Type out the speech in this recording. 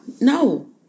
No